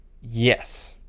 yes